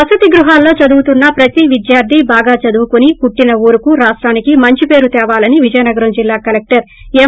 వసతి గృహాలలో చదువుతున్న ప్రతి విద్యార్ధి బాగా చదువుకుని పుట్టిన ఊరుకి రాష్టానికి మంచి పేరు తేవాలని విజయనగరం జిల్లా కలెక్టర్ ఎం